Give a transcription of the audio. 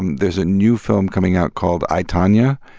and there's a new film coming out called i, tonya,